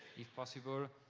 if possible,